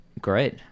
Great